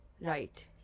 Right